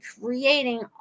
creating